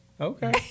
Okay